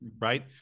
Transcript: right